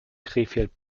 krefeld